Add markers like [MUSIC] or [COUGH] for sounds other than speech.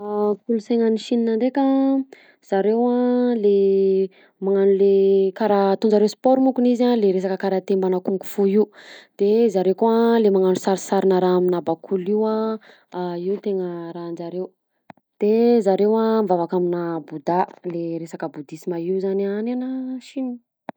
[HESITATION] Kolonsaina any Sine ndreka zareo a le magnano le karaha ataon-jareo sport mako le izy a le resaka karate mbana kung fu io de zareo koa le magnano sarisarina raha amina bakoly io a io tena rahanjareo de zareo mivavaka amina bouda le resaka boudisme io zany any ana a Sine.